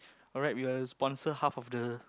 alright we will sponsor half of the